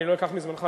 אני לא אקח מזמנך,